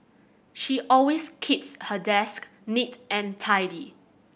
she always keeps her desk neat and tidy